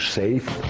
safe